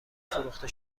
فروخته